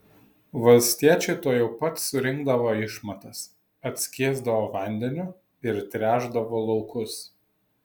valstiečiai tuojau pat surinkdavo išmatas atskiesdavo vandeniu ir tręšdavo laukus